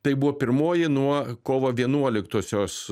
tai buvo pirmoji nuo kovo vienuoliktosios